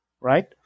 right